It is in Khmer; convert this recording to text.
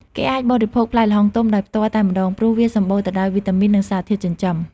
គេអាចបរិភោគផ្លែល្ហុងទុំដោយផ្ទាល់តែម្ដង ព្រោះវាសម្បូរទៅដោយវីតាមីន និងសារធាតុចិញ្ចឹម។